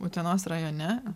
utenos rajone